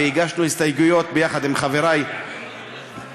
והגשנו הסתייגויות יחד עם חברי מהמשותפת,